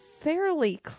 fairly